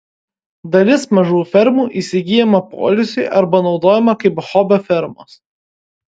dalis mažų fermų įsigyjama poilsiui arba naudojama kaip hobio fermos